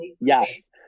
Yes